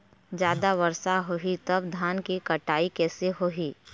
जादा वर्षा होही तब धान के कटाई कैसे होही?